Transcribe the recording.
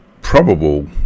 probable